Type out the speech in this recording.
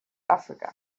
africa